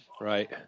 Right